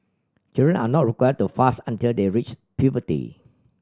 children are not required to fast until they reach puberty